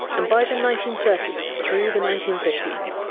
and by the nineteen thirty s through the nineteen fifty s,